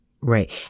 Right